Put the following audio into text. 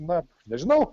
na nežinau